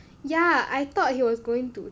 yeah I thought he was going to